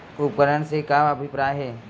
उपकरण से का अभिप्राय हे?